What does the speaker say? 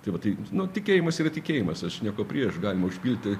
tai va tai nu tikėjimas yra tikėjimas aš nieko prieš galima užpilti